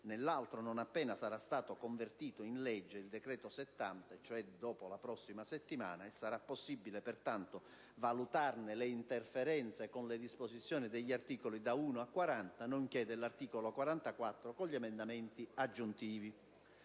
nell'altro, non appena sarà stato convertito in legge il decreto-legge n. 70 e sarà possibile, pertanto, valutarne le interferenze con le disposizioni degli articoli da 1 a 40 nonché dell'articolo 44 e con gli emendamenti aggiuntivi.